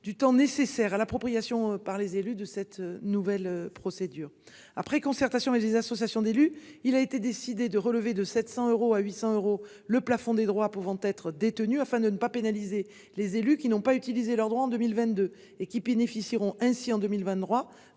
du temps nécessaire à l'appropriation par les élus de cette nouvelle procédure après concertation avec les associations d'élus, il a été décidé de relever de 700 euros à 800 euros le plafond des droits pouvant être détenues afin de ne pas pénaliser les élus qui n'ont pas utilisé leur droit en 2022 et qui bénéficieront ainsi en 2023,